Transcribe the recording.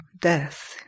death